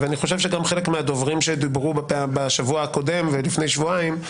ואני חושב שגם חלק מהדוברים שדיברו בשבוע הקודם ולפני שבועיים,